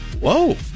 whoa